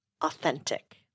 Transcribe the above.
Authentic